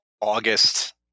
August